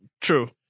True